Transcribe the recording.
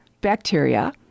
bacteria